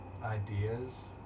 ideas